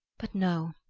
but, no,